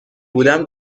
بودم